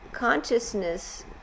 Consciousness